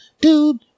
Dude